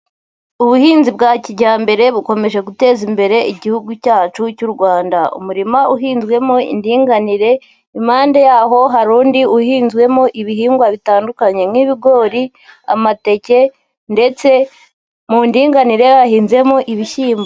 Ubuhinzi bwa kijyambere bukomeje guteza imbere igihugu cyacu cy'u Rwanda, umurima uhinzwemo indinganire, impande yaho harundi uhinzwemo ibihingwa bitandukanye nk'ibigori, amateke ndetse mu ndinganire hahinzemo ibishyimbo.